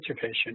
patient